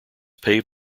paved